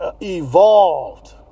evolved